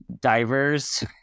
divers